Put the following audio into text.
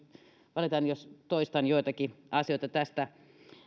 valitan jos toistan joitakin asioita tästä